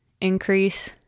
increase